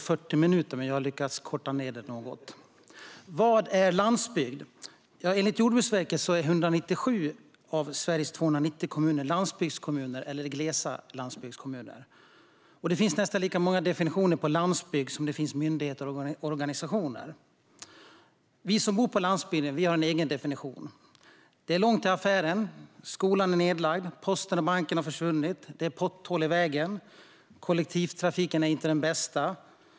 Fru talman! Vad är landsbygd? Enligt Jordbruksverket är 197 av Sveriges 290 kommuner landsbygdskommuner eller glesa landsbygdskommuner. Det finns nästan lika många definitioner på landsbygd som det finns myndigheter och organisationer. Vi som bor på landsbygden har en egen definition. Det är långt till affären. Skolan är nedlagd. Posten och banken har försvunnit. Det finns potthål i vägen. Kollektivtrafiken är inte den bästa.